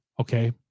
Okay